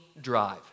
drive